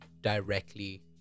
directly